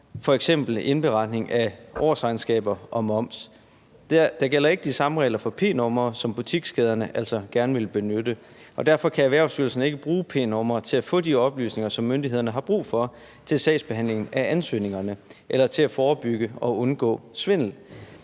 f.eks. indberetning af årsregnskaber og moms. Der gælder ikke de samme regler for p-numre, som butikskæderne altså gerne vil benytte. Derfor kan Erhvervsstyrelsen ikke bruge p-nummeret til at få de oplysninger, som myndighederne har brug for til sagsbehandlingen af ansøgninger eller til at forebygge og undgå svindel.